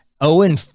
Owen